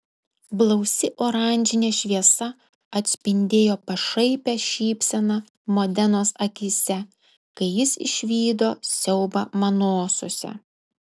blausi oranžinė šviesa atspindėjo pašaipią šypseną modenos akyse kai jis išvydo siaubą manosiose